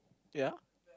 ya